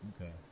okay